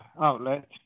outlet